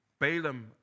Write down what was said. Balaam